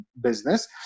business